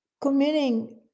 committing